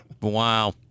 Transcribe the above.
Wow